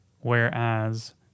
whereas